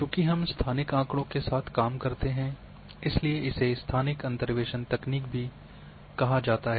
चूंकि हम स्थानिक आँकड़ों के साथ काम करते हैं इसलिए इसे स्थानिक अंतर्वेसन तकनीक भी कहा जाता है